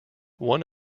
one